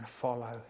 follow